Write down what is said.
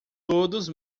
todos